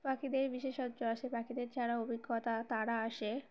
পাখিদের বিশেষজ্ঞ আসে পাখিদের যারা অভিজ্ঞতা তারা আসে